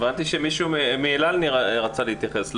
הבנתי שמישהו מאל על רצה להתייחס.